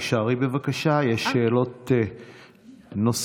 הישארי, בבקשה, יש שאלות נוספות.